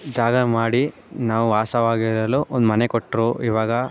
ಜಾಗ ಮಾಡಿ ನಾವು ವಾಸವಾಗಿರಲು ಒಂದು ಮನೆ ಕೊಟ್ಟರು ಈವಾಗ